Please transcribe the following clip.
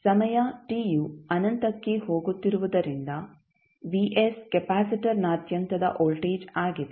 ಸಮಯ t ಯು ಅನಂತಕ್ಕೆ ಹೋಗುತ್ತಿರುವುದರಿಂದ ಕೆಪಾಸಿಟರ್ನಾದ್ಯಂತದ ವೋಲ್ಟೇಜ್ ಆಗಿದೆ